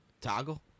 Toggle